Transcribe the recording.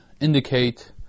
indicate